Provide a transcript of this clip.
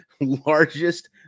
largest